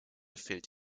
fehlt